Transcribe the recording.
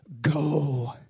go